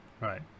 Right